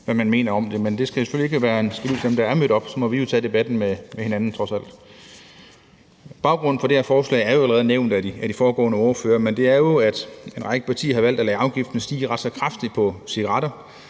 selvfølgelig ikke være en skældud til dem, der er mødt op. Så må vi jo tage debatten med hinanden – trods alt. Baggrunden for det her forslag er jo allerede nævnt af de foregående ordførere, men det er jo, at en række partier har valgt at lade afgiften på cigaretter